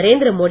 Narendra Modi